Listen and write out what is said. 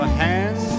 hands